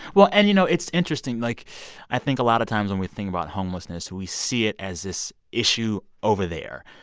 well, and, you know, it's interesting. like i think a lot of times when we think about homelessness, we see it as this issue over there.